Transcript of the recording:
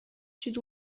sud